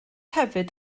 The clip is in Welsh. hefyd